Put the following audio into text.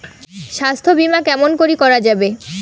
স্বাস্থ্য বিমা কেমন করি করা যাবে?